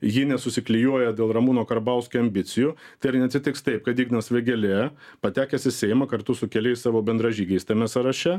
ji nesusiklijuoja dėl ramūno karbauskio ambicijų tai ar neatsitiks taip kad ignas vėgėlė patekęs į seimą kartu su keliais savo bendražygiais tame sąraše